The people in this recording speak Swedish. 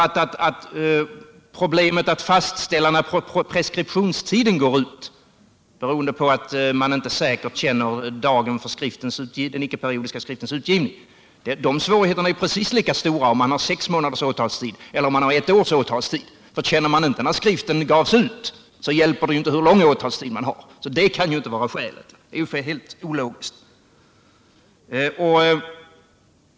Svårigheterna att fastställa när preskriptionstiden går ut, beroende på att man inte säkert känner dagen för den icke periodiska skriftens utgivning, är ju precis lika stora oavsett om man har sex månaders åtalstid eller om man har ett års åtalstid — för känner man inte till när skriften gavs ut, hjälper det ju inte hur lång åtalstid man har. Detta kan alltså inte vara skälet; det vore ju ologiskt.